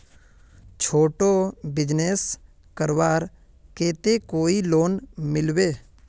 छोटो बिजनेस करवार केते कोई लोन मिलबे?